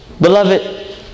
Beloved